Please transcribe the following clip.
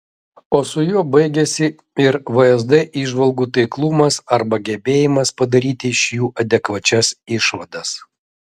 o su juo baigiasi ir vsd įžvalgų taiklumas arba gebėjimas padaryti iš jų adekvačias išvadas